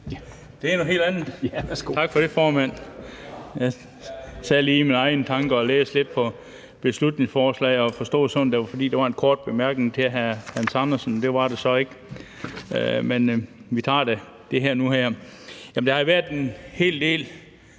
Det er noget helt andet. Tak for det, formand. Jeg sad lige i mine egne tanker og læste lidt på beslutningsforslaget, og jeg forstod formanden sådan, at der var en kort bemærkning til hr. Hans Andersen, men det var der så ikke. Men så tager vi det her nu. Der har været en hel del